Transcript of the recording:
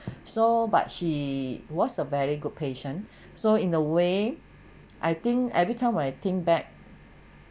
so but she was a very good patient so in a way I think every time when I think back